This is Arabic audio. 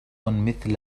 مثل